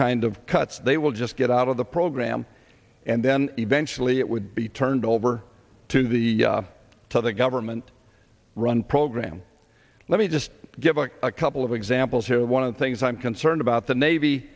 kind of cuts they will just get out of the program and then eventually it would be turned over to the to the government run program let me just give a couple of examples one of the things i'm concerned about the navy